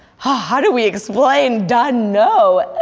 how do we explain dun know?